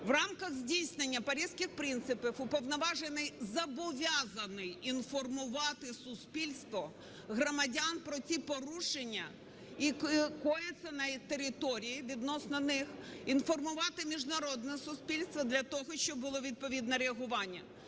В рамках здійснення Паризьких принципів Уповноважений зобов'язаний інформувати суспільство, громадян про ті порушення, які кояться на території відносно них, інформувати міжнародне суспільство для того, щоб було відповідне реагування.